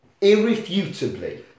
Irrefutably